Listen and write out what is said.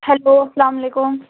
hello اسلام علیکُم